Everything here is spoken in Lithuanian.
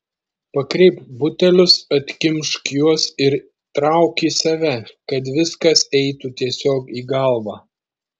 pakreipk butelius atkimšk juos ir trauk į save kad viskas eitų tiesiog į galvą